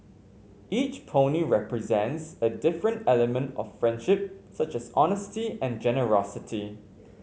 each pony represents a different element of friendship such as honesty and generosity